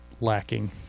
lacking